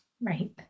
right